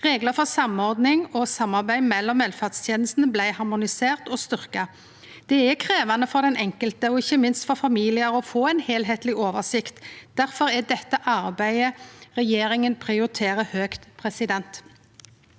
Reglar for samordning og samarbeid mellom velferdstenestene blei harmoniserte og styrkte. Det er krevjande for den enkelte, og ikkje minst for familiar, å få ei heilskapleg oversikt. Difor er dette arbeidet noko regjeringa prioriterer høgt. Det